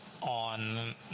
on